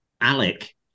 Alec